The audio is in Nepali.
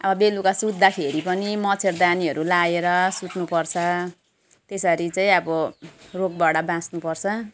अब बेलुका सुत्दाखेरि पनि मच्छरदानीहरू लगाएर सुत्नुपर्छ त्यसरी चाहिँ अब रोगबाट बाँच्नुपर्छ